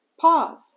Pause